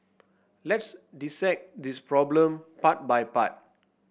let's dissect this problem part by part